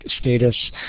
status